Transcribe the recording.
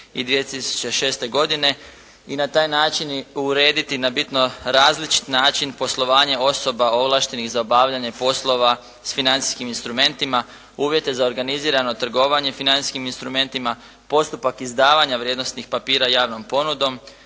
i 2006. godine i na taj način urediti na bitno različit način poslovanje osoba ovlaštenih za obavljanje poslova s financijskim instrumentima, uvjete za organizirano trgovanje financijskim instrumentima, postupak izdavanja vrijednosnih papira javnom ponudom,